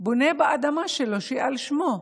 בונה באדמה שלו שהיא על שמו,